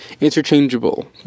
interchangeable